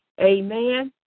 Amen